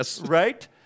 Right